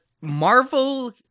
Marvel